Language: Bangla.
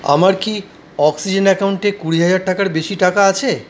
আমার কি অক্সিজেন অ্যাকাউন্টে কুড়ি হাজার টাকার বেশি টাকা আছে